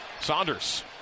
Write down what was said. Saunders